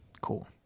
Cool